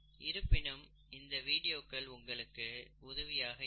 இருப்பினும் இந்த வீடியோக்கள் உங்களுக்கு உதவியாக இருக்கும்